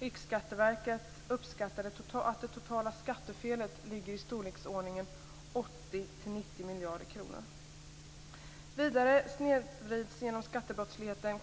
Riksskatteverket uppskattar att det totala skattefelet ligger i storleksordningen 80-90 miljarder kronor. Vidare snedvrids konkurrensförhållandena genom skattebrottsligheten,